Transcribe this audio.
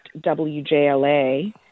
WJLA